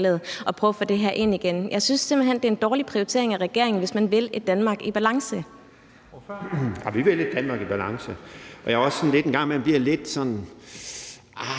hen, at det er en dårlig prioritering fra regeringens side, hvis man vil et Danmark i balance.